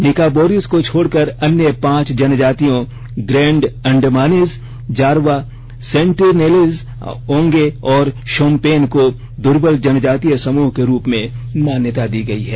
Nicobarese को छोड़कर अन्य पांच जनजातियों great Andamanese Jarawa Sentinelese Onge और शोम्पेन को दुर्बल जनजातीय समूह के रूप में मान्यता दी गई है